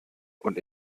und